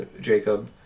Jacob